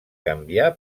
canviar